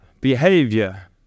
behavior